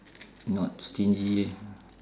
not stingy